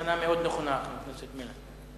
מסקנה מאוד נכונה, חבר הכנסת מילר.